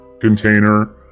container